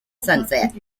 sunset